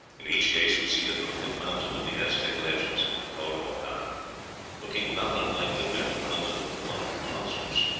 in each case we see the crooked mountain of the aztec legends, the calhuacan, looking not unlike the bent mountain of the monk, cosmos.